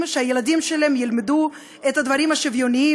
והמון כבוד לכל הנלחמות למען השוויון.